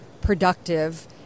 productive